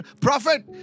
Prophet